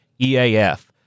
EAF